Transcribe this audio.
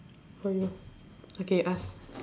for you okay ask